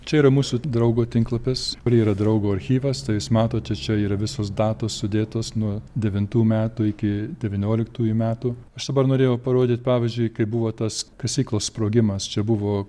čia yra mūsų draugo tinklapis kur yra draugo archyvas tai jūs matote čia ir visos datos sudėtos nuo devintų metų iki devynioliktųjų metų aš dabar norėjau parodyt pavyzdžiui kai buvo tas kasyklos sprogimas čia buvo